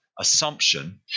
assumption